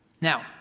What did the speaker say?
Now